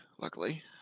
luckily